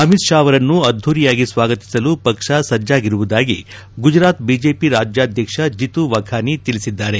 ಅಮಿತ್ ಶಾ ಅವರನ್ನು ಅದ್ದೂರಿಯಾಗಿ ಸ್ವಾಗತಿಸಲು ಪಕ್ಷ ಸಜ್ವಾಗಿರುವುದಾಗಿ ಗುಜರಾತ್ ಬಿಜೆಪಿ ರಾಜ್ಯಾಧ್ವಕ್ಷ ಜಿತು ವಘಾನಿ ತಿಳಿಸಿದ್ದಾರೆ